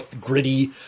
gritty